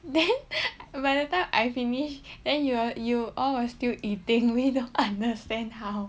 then by the time I finish then you are you all were still eating we understand how